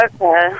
Okay